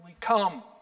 come